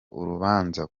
urubanza